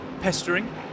pestering